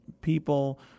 people